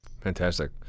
Fantastic